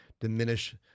diminish